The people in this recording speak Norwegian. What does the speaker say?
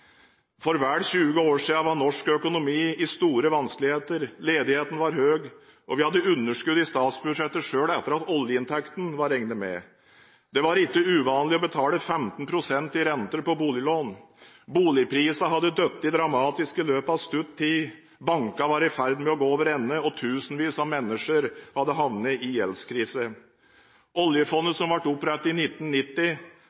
For vel 20 år siden var norsk økonomi i store vanskeligheter. Ledigheten var høy, og vi hadde underskudd i statsbudsjettet selv etter at oljeinntektene var regnet med. Det var ikke uvanlig å betale 15 pst. i renter på boliglån. Boligprisene hadde falt dramatisk i løpet av kort tid, bankene var i ferd med å gå over ende, og tusenvis av mennesker hadde havnet i gjeldskrise.